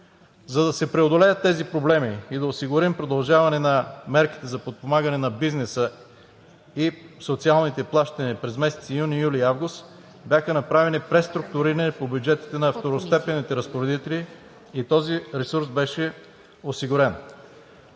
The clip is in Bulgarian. За да се преодолеят тези проблеми и да осигурим продължаване на мерките за подпомагане на бизнеса и социалните плащания през месеците юни, юли и август бяха направени преструктуриране по бюджетите на второстепенните разпоредители и този ресурс беше осигурен.